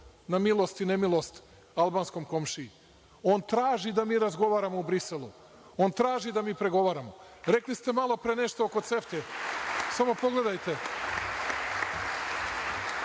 na milost i nemilost albanskom komšiji? On traži da mi razgovaramo u Briselu. On traži da mi pregovaramo. Rekli ste malopre nešto oko CEFTA. Samo pogledajte.